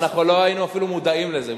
אנחנו לא היינו אפילו מודעים לזה.